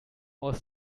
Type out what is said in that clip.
aus